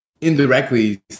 indirectly